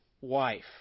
wife